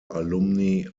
alumni